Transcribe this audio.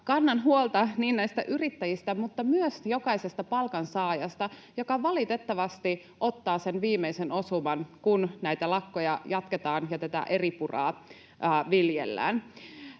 niin näistä yrittäjistä kuin myös jokaisesta palkansaajasta, joka valitettavasti ottaa sen viimeisen osuman, kun näitä lakkoja jatketaan ja tätä eripuraa viljellään.